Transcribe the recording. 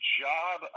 job